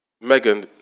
Megan